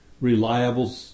reliable